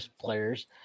players